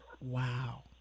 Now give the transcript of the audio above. Wow